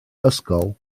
ysgol